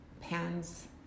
pants